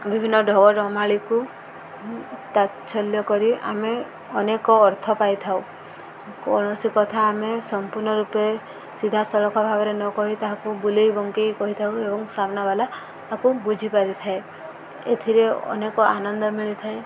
ବିଭିନ୍ନ ଢଗରମାଳିକୁ ତାତ୍ସଲ୍ୟ କରି ଆମେ ଅନେକ ଅର୍ଥ ପାଇଥାଉ କୌଣସି କଥା ଆମେ ସମ୍ପୂର୍ଣ୍ଣ ରୂପେ ସିଧା ସଳଖ ଭାବରେ ନ କହି ତାହାକୁ ବୁଲେଇ ବଙ୍କେଇ କହିଥାଉ ଏବଂ ସାମ୍ନା ବାଲା ତାକୁ ବୁଝି ପାରିଥାଏ ଏଥିରେ ଅନେକ ଆନନ୍ଦ ମିଳିଥାଏ